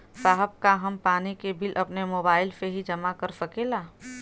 साहब का हम पानी के बिल अपने मोबाइल से ही जमा कर सकेला?